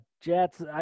Jets –